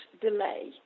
delay